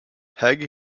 haughey